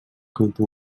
canta